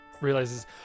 realizes